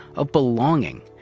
of belonging,